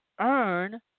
earn